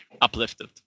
uplifted